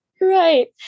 Right